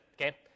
okay